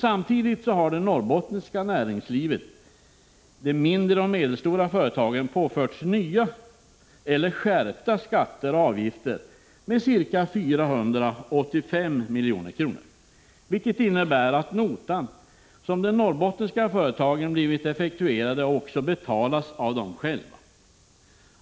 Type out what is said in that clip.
Samtidigt har det norrbottniska näringslivet, de mindre och medelstora företagen, påförts nya eller skärpta skatter och avgifter med ca 485 milj.kr., vilket innebär att notan som de norrbottniska företagen har blivit effektuerade också betalas av dem själva.